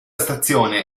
stazione